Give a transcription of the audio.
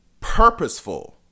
Purposeful